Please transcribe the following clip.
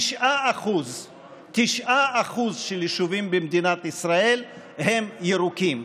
9% מהיישובים במדינת ישראל הם ירוקים.